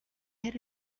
had